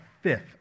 fifth